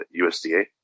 USDA